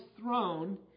throne